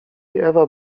ewa